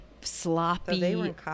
sloppy